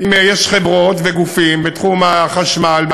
יש חברות וגופים בתחום החשמל,